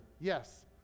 Yes